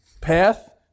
path